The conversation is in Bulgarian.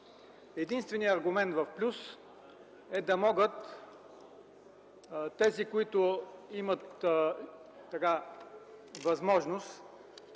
Единственият аргумент в плюс е да могат тези, които имат възможност